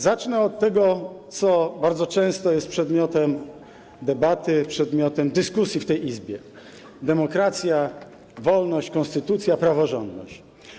Zacznę od tego, co bardzo często jest przedmiotem debaty, przedmiotem dyskusji w tej Izbie: demokracji, wolności, konstytucji, praworządności.